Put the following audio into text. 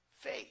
faith